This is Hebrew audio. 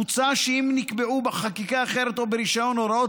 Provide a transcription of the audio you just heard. הוצע שאם נקבעו בחקיקה אחרת או ברישיון הוראות